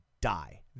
die